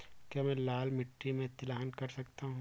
क्या मैं लाल मिट्टी में तिलहन कर सकता हूँ?